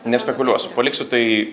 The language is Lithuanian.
nespekuliuosiu paliksiu tai